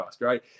Right